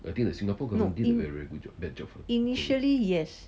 initially yes